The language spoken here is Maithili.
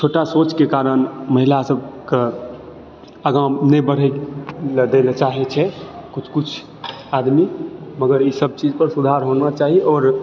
छोटा सोचके कारण महिला सभके आगा नहि बढ़य लए दै लए चाहय छै किछु किछु आदमी मगर ई सभचीज पर सुधार होना चाही आओर